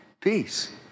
peace